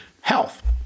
health